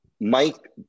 Mike